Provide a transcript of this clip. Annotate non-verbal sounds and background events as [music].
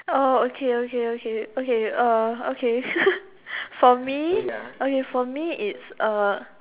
oh okay okay okay okay uh okay [laughs] for me okay for me it's uh